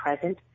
present